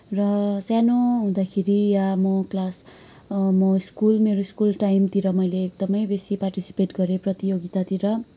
र सानो हुँदाखेरि या म क्लास म स्कुल मेरो स्कुल टाइमतिर मैले एकदमै बेसी पार्टिसिपेट गरेँ प्रतियोगितातिर